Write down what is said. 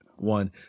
one